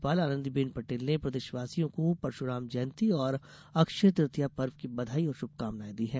राज्यपाल आनंदीबेन पटेल ने प्रदेशवासियों को परशुराम जयंती और अक्षय तृतीया पर्व की बधाई और शुभकामनाएँ दी हैं